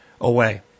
away